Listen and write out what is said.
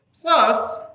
Plus